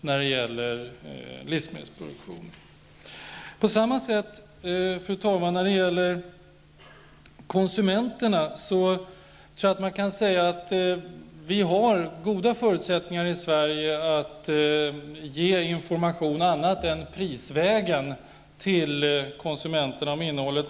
Jag tror också, fru talman, att vi i Sverige har goda förutsättningar att ge information till konsumenterna om innehållet på annan väg än via priserna.